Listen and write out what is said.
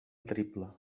triple